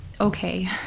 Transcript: okay